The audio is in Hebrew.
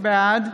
בעד